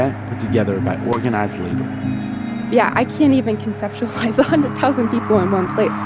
ah together by organized labor yeah, i can't even conceptualize a hundred thousand people in one place